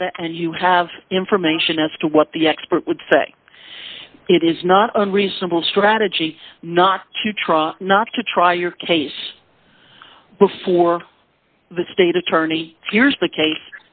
data and you have information as to what the expert would say it is not a reasonable strategy not to try not to try your case before the state attorney hears the case